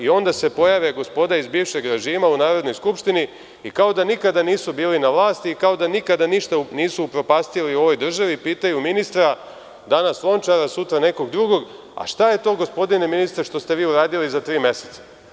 Onda se pojave gospoda iz bivšeg režima u Narodnoj skupštini i kao da nikada nisu bili na vlasti i kao da nikada ništa nisu upropastili u ovoj državi, pitaju ministra, danas Lončara, sutra nekog drugog – šta je to gospodine ministre što ste vi uradili za tri meseca?